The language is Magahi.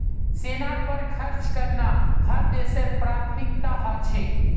सेनार पर खर्च करना हर देशेर प्राथमिकता ह छेक